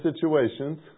situations